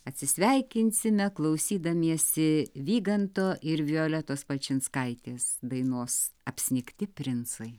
atsisveikinsime klausydamiesi vyganto ir violetos palčinskaitės dainos apsnigti princai